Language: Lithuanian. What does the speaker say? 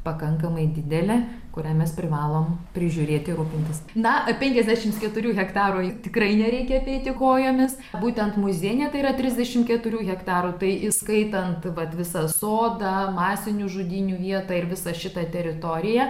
pakankamai didelė kurią mes privalom prižiūrėti ir rūpintis na penkiasdešims keturių hektarų tikrai nereikia apeiti kojomis būtent muziejinė tai yra trisdešim keturių hektarų tai įskaitant vat visą sodą masinių žudynių vietą ir visą šitą teritoriją